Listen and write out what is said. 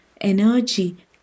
energy